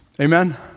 Amen